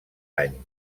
any